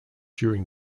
during